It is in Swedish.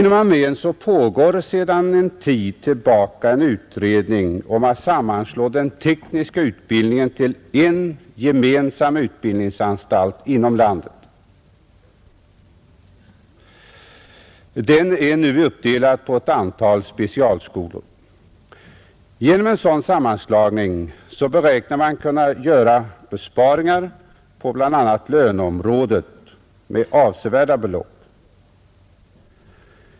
Inom armén pågår sedan en tid tillbaka en utredning om att sammanslå den tekniska utbildningen till en gemensam utbildningsanstalt inom landet. Den är nu uppdelad på ett antal specialskolor. Genom en sådan sammanslagning beräknar man kunna göra besparingar med avsevärda belopp på bl.a. löneområdet.